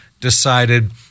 decided